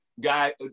Guy